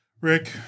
Rick